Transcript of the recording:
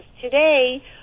today